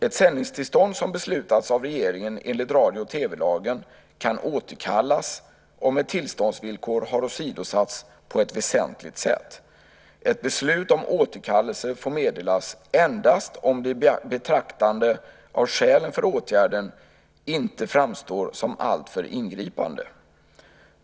Ett sändningstillstånd som beslutats av regeringen enligt radio och TV-lagen kan återkallas om ett tillståndsvillkor har åsidosatts på ett väsentligt sätt. Ett beslut om återkallelse får meddelas endast om det i betraktande av skälen för åtgärden inte framstår som alltför ingripande.